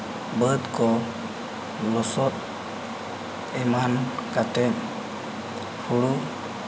ᱵᱟᱹᱫᱽ ᱠᱚ ᱞᱚᱥᱚᱫ ᱮᱢᱟᱱ ᱠᱟᱛᱮᱫ ᱦᱩᱲᱩ